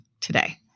today